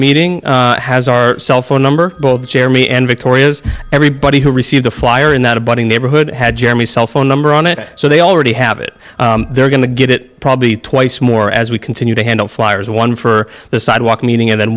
meeting has our cell phone number both jeremy and victoria is everybody who received the flyer and that a buddy neighborhood had jeremy cell phone number on it so they already have it they're going to get it probably twice more as we continue to handle flyers one for the sidewalk meeting and then